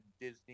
Disney